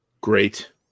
Great